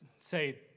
say